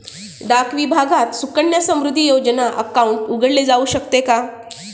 डाक विभागात सुकन्या समृद्धी योजना अकाउंट उघडले जाऊ शकते का?